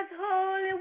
holy